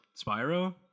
Spyro